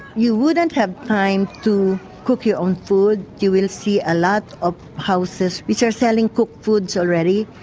you wouldn't have time to cook your own food. you will see a lot of houses which are selling cooked foods already,